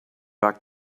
back